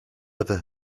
ever